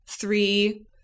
three